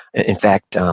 in fact, um